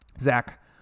zach